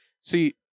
See